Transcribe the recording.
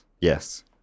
Yes